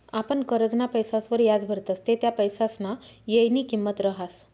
आपण करजंना पैसासवर याज भरतस ते त्या पैसासना येयनी किंमत रहास